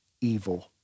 evil